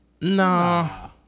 Nah